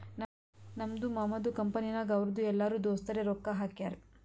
ನಮ್ದು ಮಾಮದು ಕಂಪನಿನಾಗ್ ಅವ್ರದು ಎಲ್ಲರೂ ದೋಸ್ತರೆ ರೊಕ್ಕಾ ಹಾಕ್ಯಾರ್